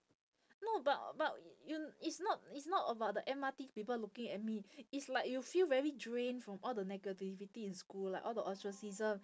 no but but you it's not it's not about the M_R_T people looking at me it's like you feel very drain from all the negativity in school like all the ostracism